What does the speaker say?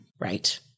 Right